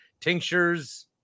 tinctures